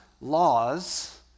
laws